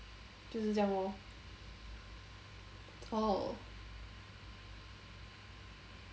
就是这样 lor orh